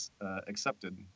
accepted